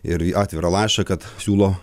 ir į atvirą laišką kad siūlo